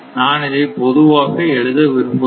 நான் இதை பொதுவாக எழுத விரும்பவில்லை